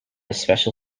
special